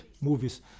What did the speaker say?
movies